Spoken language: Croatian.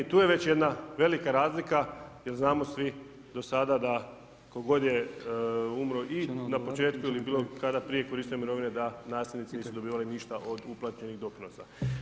Tu je već jedna velika razlika jer znamo svi do sada da tko god je umro i na početku ili bilo kada prije korištenja mirovine, da nasljednici nisu dobivali ništa od uplaćenih doprinosa.